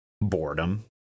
Boredom